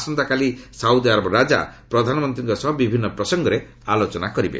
ଆସନ୍ତାକାଲି Saudi Arab ରାଜା ପ୍ରଧାନମନ୍ତ୍ରୀଙ୍କ ସହ ବିଭିନ୍ନ ପ୍ରସଙ୍ଗରେ ଆଲୋଚନା କରିବେ